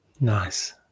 Nice